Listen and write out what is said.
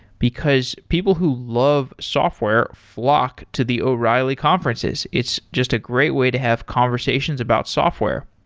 because people who love software flock to the o'reilly conferences. it's just a great way to have conversations about software.